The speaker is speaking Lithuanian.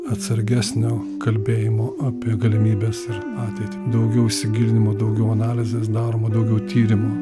atsargesnio kalbėjimo apie galimybes ir ateitį daugiau įsigilinimo daugiau analizės daroma daugiau tyrimų